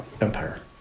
empire